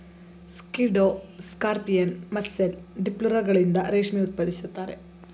ಸ್ಕಿಡ್ಡೋ scorpion, mussel, ಡಿಪ್ಲುರಗಳಿಂದ ರೇಷ್ಮೆ ಉತ್ಪಾದಿಸುತ್ತಾರೆ